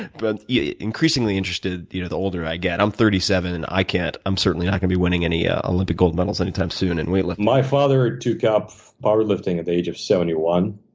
but yeah increasingly interested, you know the older i get. i'm thirty seven, and i can't i'm certainly not gonna be winning any ah olympic gold medals any time soon in weightlifting. my father took up bar lifting at the age of seventy one.